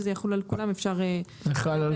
שזה יחול על כולם אפשר --- זה חל על